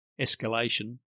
Escalation